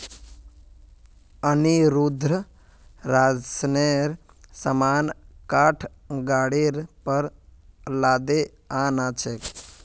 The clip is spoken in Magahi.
अनिरुद्ध राशनेर सामान काठ गाड़ीर पर लादे आ न छेक